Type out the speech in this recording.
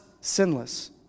sinless